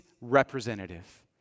representative